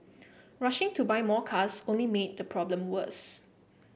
rushing to buy more cars only made the problem worse